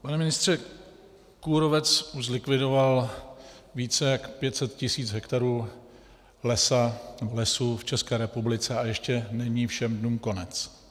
Pane ministře, kůrovec už zlikvidoval více jak 500 tisíc hektarů lesů v České republice a ještě není všem dnům konec.